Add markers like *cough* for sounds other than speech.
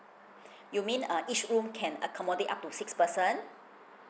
*breath* you mean uh each room can accommodate up to six person